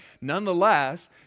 nonetheless